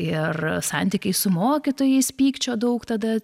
ir santykiais su mokytojais pykčio daug tada